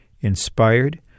inspired